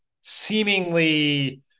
seemingly